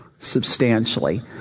substantially